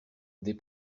des